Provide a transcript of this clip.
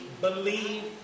believe